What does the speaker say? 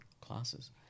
classes